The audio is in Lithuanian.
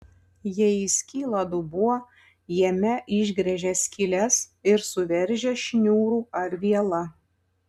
jei įskyla dubuo jame išgręžia skyles ir suveržia šniūru ar viela